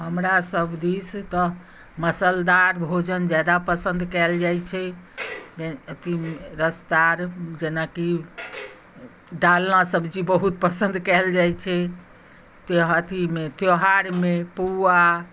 हमरासब दिस तऽ मसलदार भोजन ज्यादा पसन्द कएल जाइ छै अथी रसदार जेनाकि डालना सब्जी बहुत पसन्द कएल जाइ छै अथीमे त्योहारमे पुआ